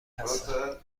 هستن